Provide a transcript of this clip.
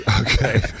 okay